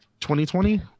2020